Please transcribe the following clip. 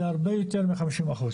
זה הרבה יותר מ-50%.